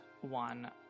one